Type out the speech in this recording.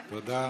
תודה.